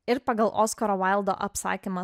ir pagal oskaro vaildo apsakymą